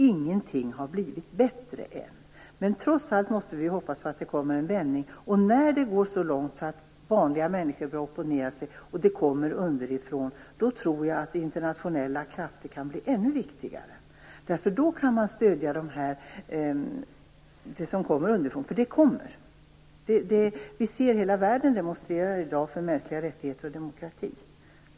Ingenting har blivit bättre, men vi måste trots allt hoppas att det kommer en vändning. När det går så långt att vanliga människor börjar opponera sig och det kommer underifrån, tror jag att internationella krafter kan bli ännu viktigare. Då kan man stödja det som kommer underifrån, och det kommer verkligen. Vi ser att hela världen i dag demonstrerar för mänskliga rättigheter och demokrati.